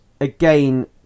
again